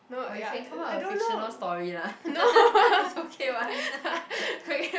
or you can come up with a fictional story lah is okay one